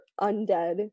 undead